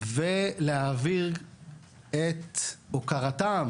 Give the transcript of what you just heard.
ולהעביר את הוקרתם